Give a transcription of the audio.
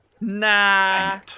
Nah